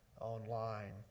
online